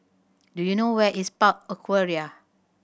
do you know where is Park Aquaria